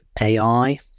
AI